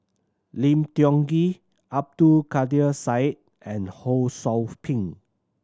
Lim Tiong Ghee Abdul Kadir Syed and Ho Sou Ping